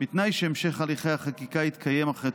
בתנאי שהמשך הליך החקיקה יתקיים אחרי